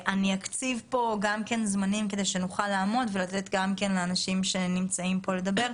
אני אקציב פה זמנים כדי שנוכל לעמוד ולתת לאנשים שנמצאים פה לדבר.